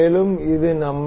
மேலும் இது நம்மை